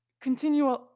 continue